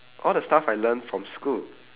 all the stuff I learnt from school